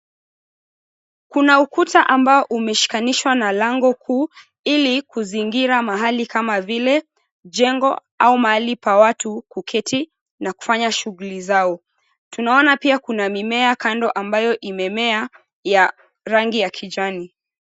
Kuna ukuta ambao umeshikanishwa na lango ili kuzingira mahali kama vile jengo au mahali pa watu kuketi kufanya shughuli zao. Tunaona pia kuna mimea kando ambayo imemea ya rangi ya kijani.